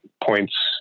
points